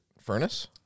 furnace